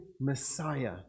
Messiah